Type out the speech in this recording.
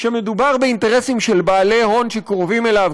כשמדובר באינטרסים של בעלי הון שקרובים אליו,